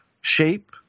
shape